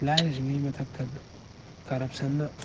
ꯂꯥꯏꯔꯔꯤꯉꯩ ꯃꯊꯛꯇ ꯀꯔꯞꯁꯟꯅ